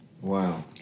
Wow